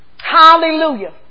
Hallelujah